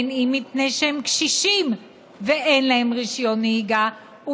אם מפני שהם קשישים ואין להם רישיון נהיגה,